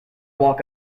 walk